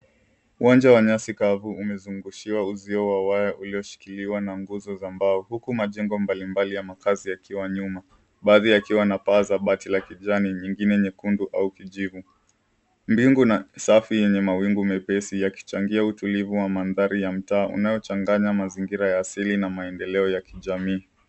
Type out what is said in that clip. Uwanja wa nyasi kavu umezungushiwa uzio wa waya ulioshikiliwa na nguzo za mbao, huku majengo mbalimbali ya makazi yakiwa nyuma, baadhi yakiwa na paa za bati ya kijani, nyingine nyekundu au kijivu. Mbingu na safi yenye mawingu mepesi yakichangia utulivu wa maandhari ya mtaa unaochanganya mazingira ya asili na maendeleo ya kijamii.